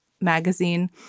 magazine